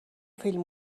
فیلم